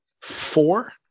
four